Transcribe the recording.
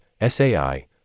sai